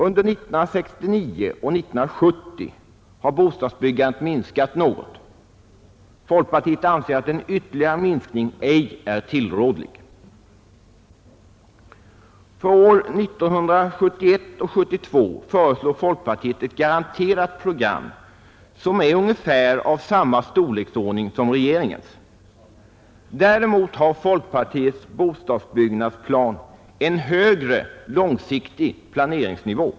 Under 1969 och 1970 har bostadsbyggandet minskat något. Folkpartiet anser att en ytterligare minskning inte är tillrådlig. För år 1971/72 föreslår folkpartiet ett garanterat program av ungefär samma storleksordning som regeringens. Däremot har folkpartiets bostadsbyggnadsplan en högre långsiktig planeringsnivå.